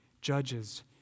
judges